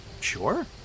Sure